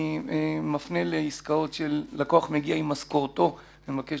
אני מפנה לעסקאות שלקוח מגיע עם משכורתו ומבקש